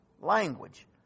language